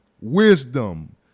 wisdom